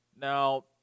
Now